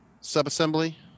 sub-assembly